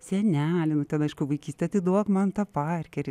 seneli nu ten aišku vaikystėj atiduok man tą parkerį